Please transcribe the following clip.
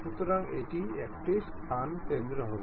সুতরাং এটি একটি স্থান কেন্দ্র হবে